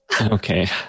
Okay